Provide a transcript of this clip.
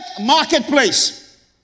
marketplace